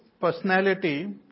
personality